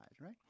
right